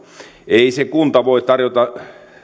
ei se kunta voi tarjota